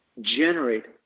generate